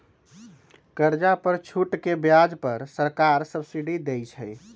कर्जा पर छूट के ब्याज पर सरकार सब्सिडी देँइ छइ